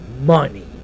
money